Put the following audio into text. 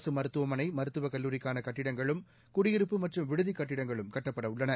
அரசு மருத்துவமனை மருத்துவக் கல்லூரிக்கான கட்டிடங்களும் குடியிருப்பு மற்றும் விடுதிக் கட்டிடங்களும் கட்டப்படவுள்ளன